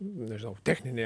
nežinau techninei